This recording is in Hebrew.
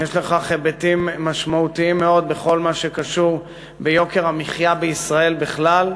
יש לכך היבטים משמעותיים מאוד בכל מה שקשור ביוקר המחיה בישראל בכלל.